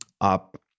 up